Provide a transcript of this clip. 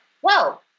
Whoa